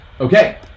Okay